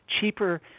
cheaper